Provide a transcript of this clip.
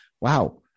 wow